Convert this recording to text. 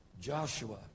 Joshua